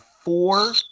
four